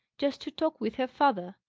just to talk with her father.